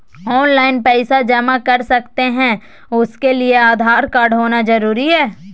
Online पैसा जमा कर सकते हैं उसके लिए आधार कार्ड होना जरूरी है?